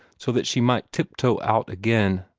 so that she might tip-toe out again.